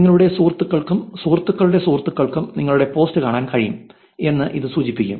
നിങ്ങളുടെ സുഹൃത്തുക്കൾക്കും സുഹൃത്തുക്കളുടെ സുഹൃത്തുക്കൾക്കും നിങ്ങളുടെ പോസ്റ്റ് കാണാൻ കഴിയും എന്ന് അത് സൂചിപ്പിക്കും